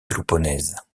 péloponnèse